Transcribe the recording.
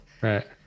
right